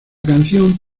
canción